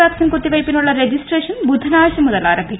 vaccine കുത്തിവയ്പ്പിനുള്ള registration ബുധനാഴ്ച മുതൽ ആരംഭിക്കും